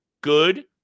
good